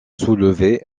soulever